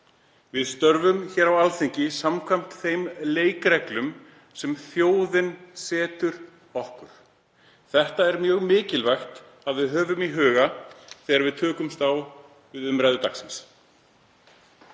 Við störfum hér á Alþingi samkvæmt þeim leikreglum sem þjóðin setur okkur. Þetta er mjög mikilvægt að við höfum í huga þegar við tökumst á við umræðu dagsins.